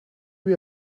you